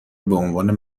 بعنوان